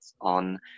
on